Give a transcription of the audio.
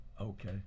okay